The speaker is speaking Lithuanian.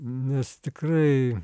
nes tikrai